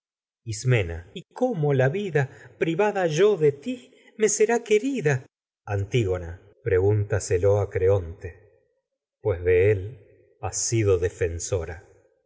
ismena y cómo la vida privada yo de ti me será querida antígona sido pregúntaselo a creonte pues de él has defensora